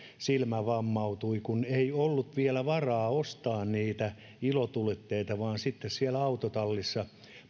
silmä vammautui kun ei ollut vielä varaa ostaa niitä ilotulitteita vaan sitten siellä autotallissa